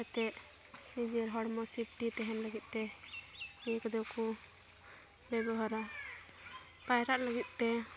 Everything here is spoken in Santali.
ᱛᱮ ᱱᱤᱡᱮᱨ ᱦᱚᱲᱢᱚ ᱥᱮᱯᱷᱴᱤ ᱛᱟᱦᱮᱱ ᱞᱟᱹᱜᱤᱫᱼᱛᱮ ᱤᱭᱟᱹ ᱠᱚᱫᱚ ᱠᱚ ᱵᱮᱵᱚᱦᱟᱨᱟ ᱯᱟᱭᱨᱟᱜ ᱞᱟᱹᱜᱤᱫᱼᱛᱮ